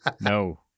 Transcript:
No